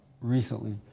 recently